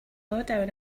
lowdown